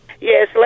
Yes